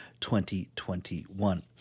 2021